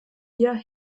ihr